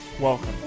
Welcome